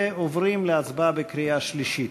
ועוברים להצבעה בקריאה שלישית.